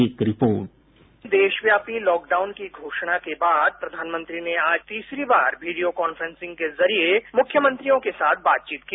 एक report sound bite देशव्यापी lockdown की घोषणा के बाद प्रधानमंत्री ने आज तीसरी वीडियो कांफ्रेंसिंग के जरिये मुख्यमंत्रियों के साथ बातचीत की